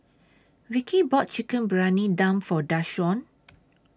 Vicky bought Chicken Briyani Dum For Dashawn